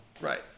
Right